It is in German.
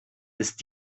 ist